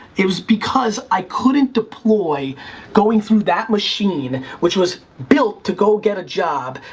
it was because i couldn't deploy going through that machine, which was built to go get a job,